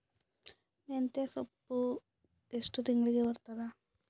ಮೆಂತ್ಯ ಸೊಪ್ಪು ಎಷ್ಟು ತಿಂಗಳಿಗೆ ಬರುತ್ತದ?